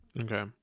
Okay